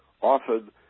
Often